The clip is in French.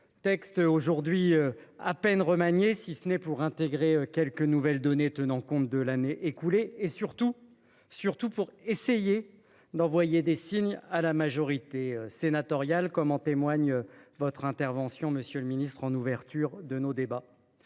revient aujourd’hui à peine remanié, si ce n’est pour intégrer quelques nouvelles données tenant compte de l’année écoulée et, surtout, pour essayer d’envoyer des signes à la majorité sénatoriale, comme en témoigne votre intervention liminaire, monsieur le ministre. Nous voilà donc de